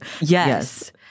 yes